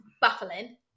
baffling